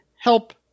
help